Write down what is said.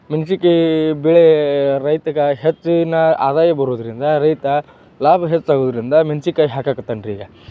ಮೆಣ್ಸಿನ್ಕಾಯಿ ಬೆಳೆ ರೈತಗೆ ಹೆಚ್ಚಿನ ಆದಾಯ ಬರೋದರಿಂದ ರೈತ ಲಾಭ ಹೆಚ್ಚಾಗುದರಿಂದ ಮೆಣ್ಸಿನ್ಕಾಯಿ ಹಾಕಕತ್ತಾನ್ರಿ ಈಗ